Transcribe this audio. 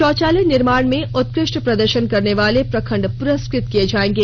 शौचालय निर्माण में उत्कृष्ट प्रदर्शन करने वाले प्रखंड पुरस्कृत किये जायेंगे